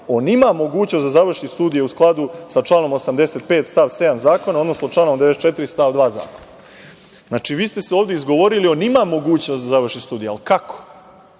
on ima mogućnost da završi studije u skladu sa članom 85. stav 7. zakona, odnosno članom 94. stav 2. zakona. Vi ste se ovde izgovorili – on ima mogućnost da završi studije, ali kako?